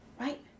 right